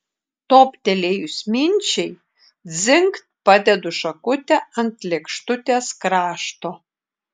toptelėjus minčiai dzingt padedu šakutę ant lėkštutės krašto